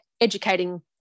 educating